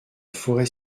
forêt